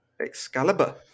Excalibur